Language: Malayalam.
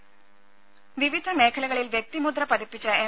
രേര വിവിധ മേഖലകളിൽ വ്യക്തിമുദ്ര പതിപ്പിച്ച എം